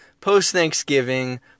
post-Thanksgiving